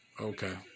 Okay